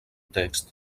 text